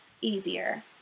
easier